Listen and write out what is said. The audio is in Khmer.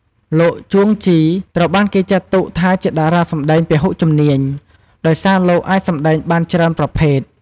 លោក ជួង ជី ត្រូវបានគេចាត់ទុកថាជាតារាសម្តែងពហុជំនាញ ដោយសារលោកអាចសម្តែងបានច្រើនប្រភេទ។